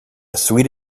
suite